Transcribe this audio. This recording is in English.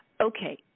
Okay